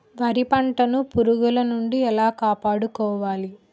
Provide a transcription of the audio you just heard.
వరి పంటను పురుగుల నుండి ఎలా కాపాడుకోవాలి?